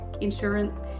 insurance